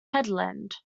headland